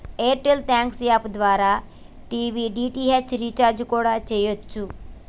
air tell thanks app ద్వారా TV DTH recharge కూడా చెయ్యచ్చు